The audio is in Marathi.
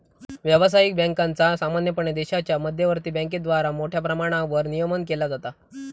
व्यावसायिक बँकांचा सामान्यपणे देशाच्या मध्यवर्ती बँकेद्वारा मोठ्या प्रमाणावर नियमन केला जाता